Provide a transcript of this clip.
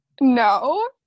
No